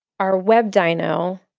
our web dyno.